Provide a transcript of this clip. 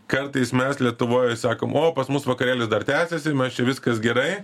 kartais mes lietuvoj sakom o pas mus vakarėlis dar tęsiasi ir mes čia viskas gerai